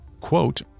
Quote